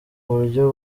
uburyo